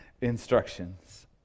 instructions